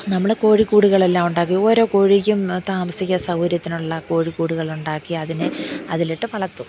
നമ്മൾ കോഴിക്കൂടുകളെല്ലാം ഉണ്ടാക്കി ഓരോ കോഴിക്കും താമസിക്കാൻ സൗകര്യത്തിനുള്ള കോഴിക്കൂടുകുകൾ ഉണ്ടാക്കി അതിനെ അതിൽ ഇട്ട് വളർത്തും